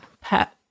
pet